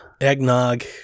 eggnog